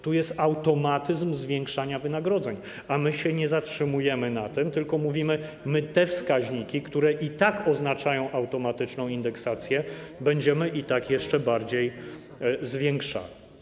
Tu jest automatyzm zwiększania wynagrodzeń, a my się nie zatrzymujemy na tym, tylko mówimy: my te wskaźniki, które i tak oznaczają automatyczną indeksację, będziemy i tak jeszcze bardziej zwiększali.